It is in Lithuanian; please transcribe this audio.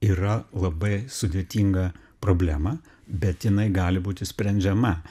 yra labai sudėtinga problema bet jinai gali būti sprendžiama